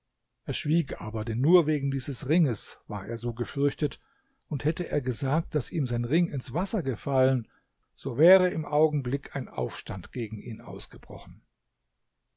er schwieg aber denn nur wegen dieses ringes war er so gefürchtet und hätte er gesagt daß ihm sein ring ins wasser gefallen so wäre im augenblick ein aufstand gegen ihn ausgebrochen